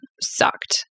sucked